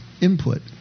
input